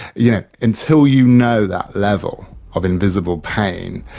you know until you know that level of invisible pain,